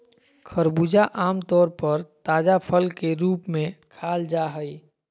खरबूजा आम तौर पर ताजा फल के रूप में खाल जा हइ